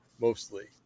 Mostly